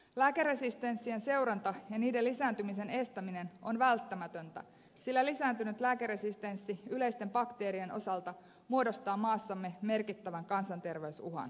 lääkeresistenssien seuranta ja niiden lisääntymisen estäminen on välttämätöntä sillä lisääntynyt lääkeresistenssi yleisten bakteerien osalta muodostaa maassamme merkittävän kansanterveysuhan